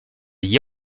gli